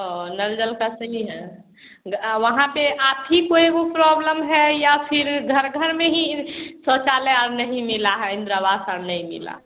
ओह नल जल का सही है वहाँ पर आप ही को एक गो प्रॉब्लम है या फिर घर घर में ही शौचालय अब नहीं मिला है इंदिरा आवास का नहीं मिला